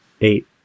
eight